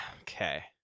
Okay